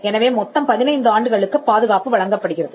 எனவே மொத்தம் 15 ஆண்டுகளுக்குப் பாதுகாப்பு வழங்கப்படுகிறது